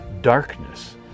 darkness